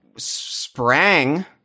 sprang